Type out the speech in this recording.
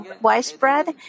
widespread